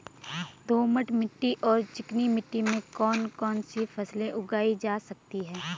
दोमट मिट्टी और चिकनी मिट्टी में कौन कौन सी फसलें उगाई जा सकती हैं?